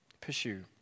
pursue